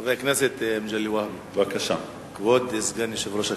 חבר הכנסת מגלי והבה, כבוד סגן יושב-ראש הכנסת,